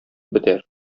бетәр